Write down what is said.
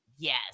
Yes